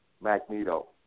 Magneto